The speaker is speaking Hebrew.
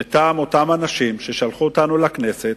מטעם אותם אנשים ששלחו אותנו לכנסת,